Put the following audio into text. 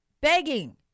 begging